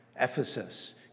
Ephesus